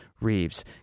reeves